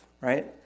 Right